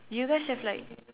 do you guys have like